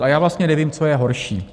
A já vlastně nevím, co je horší.